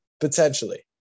Potentially